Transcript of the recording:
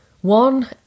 One